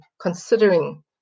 considering